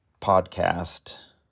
podcast